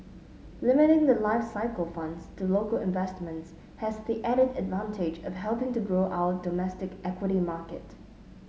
limiting the life cycle funds to local investments has the added advantage of helping to grow our domestic equity market